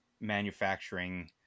manufacturing